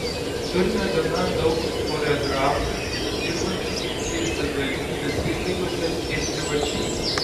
turime gana daug choreografų dirbančių ir savivaldybės įstaigose ir privačiai